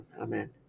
Amen